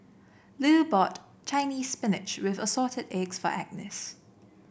Lu bought Chinese Spinach with Assorted Eggs for Agnes